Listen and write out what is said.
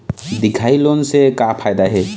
दिखाही लोन से का फायदा हे?